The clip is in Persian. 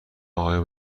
آیا